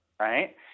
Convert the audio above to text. Right